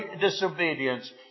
disobedience